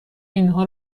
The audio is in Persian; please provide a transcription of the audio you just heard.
اینها